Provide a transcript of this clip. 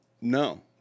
no